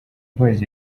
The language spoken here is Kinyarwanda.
boyz